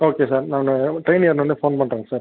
okay sir நான் train ஏறினோனே phone பண்ணுறேங்க சார்